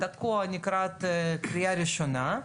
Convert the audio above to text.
תקוע לקראת קריאה ראשונה,